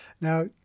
Now